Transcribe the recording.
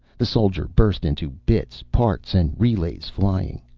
the soldier burst into bits, parts and relays flying.